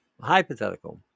hypothetical